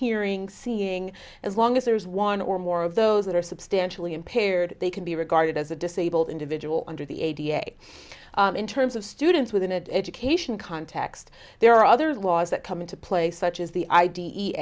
hearing seeing as long as there is one or more of those that are substantially impaired they can be regarded as a disabled individual under the eighty eight in terms of students within an education context there are other laws that come into play such as the i